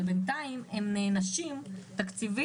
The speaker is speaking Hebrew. אבל בינתיים הם נענשים תקציבית,